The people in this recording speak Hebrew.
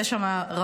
יש שם רבים,